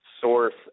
source